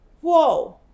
whoa